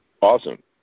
Awesome